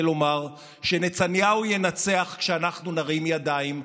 לומר שנתניהו ינצח כשאנחנו נרים ידיים,